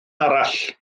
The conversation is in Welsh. arall